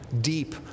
deep